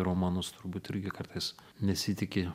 romanus turbūt irgi kartais nesitiki